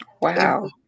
Wow